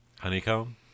Honeycomb